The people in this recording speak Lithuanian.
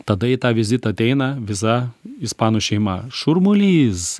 tada į tą vizitą ateina visa ispanų šeima šurmulys